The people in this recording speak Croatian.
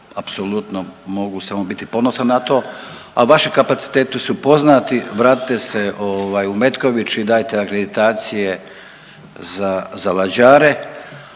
apsolutno mogu samo biti ponosan na to, a vaši kapaciteti su poznati, vratite se ovaj, u Metković i dajte akreditacije za lađare,